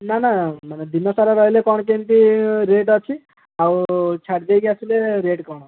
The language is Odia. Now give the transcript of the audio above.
ନା ନା ମାନେ ଦିନସାରା ରହିଲେ କ'ଣ କେମିତି ରେଟ୍ ଅଛି ଆଉ ଛାଡ଼ିଦେଇକି ଆସିଲେ ରେଟ୍ କ'ଣ